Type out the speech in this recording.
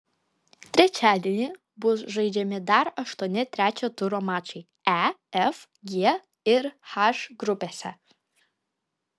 trečiadienį bus žaidžiami dar aštuoni trečio turo mačai e f g ir h grupėse